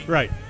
Right